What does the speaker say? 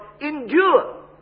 endure